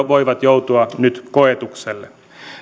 voivat joutua nyt koetukselle